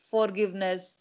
Forgiveness